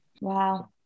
Wow